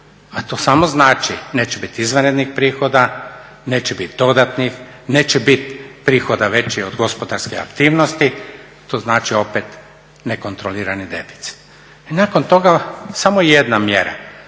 a to samo znači neće biti izvanrednih prihoda, neće bit dodatnih, neće bit prihoda većih od gospodarske aktivnosti. To znači opet nekontrolirani deficit. I nakon toga je samo jedna mjera